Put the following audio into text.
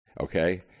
okay